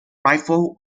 rifle